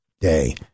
day